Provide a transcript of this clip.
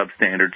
substandard